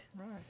Right